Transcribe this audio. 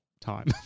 time